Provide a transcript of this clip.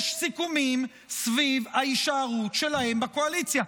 יש סיכומים סביב ההישארות שלהם בקואליציה.